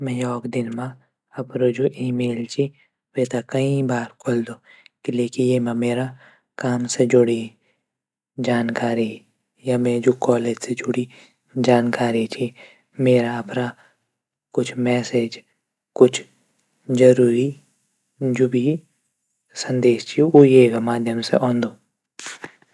योक दिन मा अपड जू ईमेल छिन वेथे कई बार खुलदू। किले ये मा मेरी कई काम. से जुडीं जानकारी या मेरी कॉलेज से जुड़ीं जानकारी मेरा अपडा कुछ मैसेज कुछ जरूरी संदेश यूको माध्यम से औंदो।